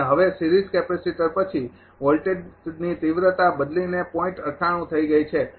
અને હવે series capacitor પછી વોલ્ટેજની તિવ્રતા બદલીને થઈ ગઈ છે